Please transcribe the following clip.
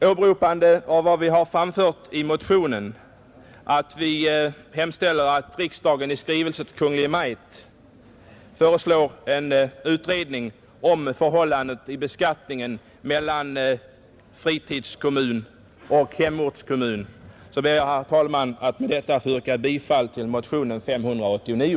Åberopande vad vi har framfört i motionen, där vi hemställer att riksdagen i skrivelse till Kungl. Maj:t begär en utredning om förhållandet vid beskattningen mellan fritidskommun och hemortskommun, ber jag, herr talman, att få yrka bifall till motionen 589.